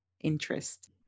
interest